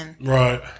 Right